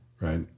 Right